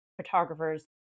photographers